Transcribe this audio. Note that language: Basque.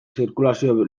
zirkulazioa